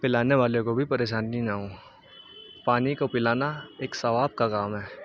پلانے والے کو بھی پریشانی نہ ہو پانی کو پلانا ایک ثواب کا کام ہے